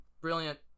Brilliant